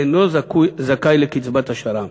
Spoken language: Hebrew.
אינם זכאים לקצבת שר"מ.